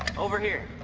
over here,